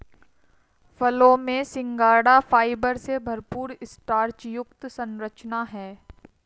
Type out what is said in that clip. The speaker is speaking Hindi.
फलों में सिंघाड़ा फाइबर से भरपूर स्टार्च युक्त संरचना है